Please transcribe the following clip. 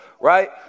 right